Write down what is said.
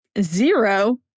zero